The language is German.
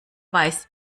weiß